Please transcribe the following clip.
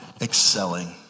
excelling